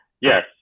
Yes